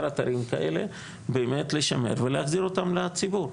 אתרים כאלה באמת לשמר ולהחזיר אותם לציבור.